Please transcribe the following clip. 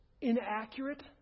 inaccurate